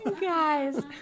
Guys